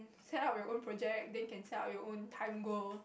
set up your own project then can set up your own time goal